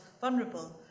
vulnerable